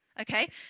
Okay